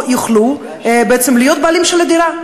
לא יוכלו להיות הבעלים של הדירה.